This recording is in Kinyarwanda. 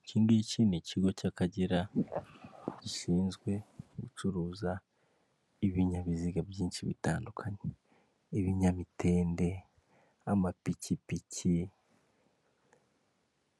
Iki ngiki ni ikigo cy'akagera gishinzwe gucuruza ibinyabiziga byinshi bitandukanye, ibinyamitende, amapikipiki,